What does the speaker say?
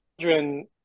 children